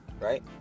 right